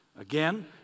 Again